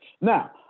Now